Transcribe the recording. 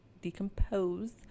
decompose